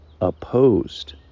opposed